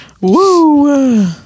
Woo